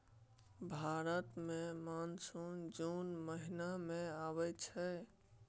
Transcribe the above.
भारत मे मानसून जुन महीना मे आबय छै